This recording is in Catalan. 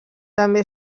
també